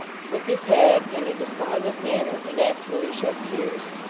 shook his head in a despondent manner and actually shed tears.